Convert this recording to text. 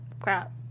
crap